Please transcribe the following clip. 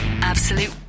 Absolute